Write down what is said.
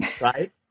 Right